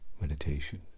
meditation